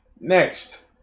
Next